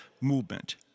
movement